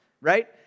right